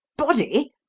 body!